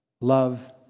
Love